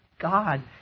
God